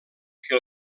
que